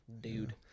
dude